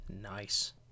Nice